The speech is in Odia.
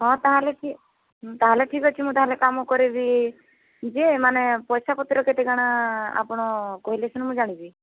ହଁ ତା'ହେଲେ ତା'ହେଲେ ଠିକ୍ ଅଛି ମୁଁ ତା'ହେଲେ କାମ କରିବି ଯେ ମାନେ ପଇସା ପତ୍ର କେତେ କାଣା ଆପଣ କହିଲେ ସିନା ମୁଁ ଜାଣିବି